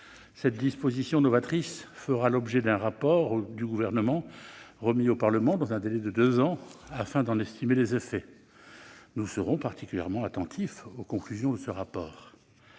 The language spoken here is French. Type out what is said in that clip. Cette disposition novatrice fera l'objet d'un rapport du Gouvernement remis au Parlement dans un délai de deux ans afin d'en estimer les effets. Nous serons particulièrement attentifs aux conclusions de ce rapport.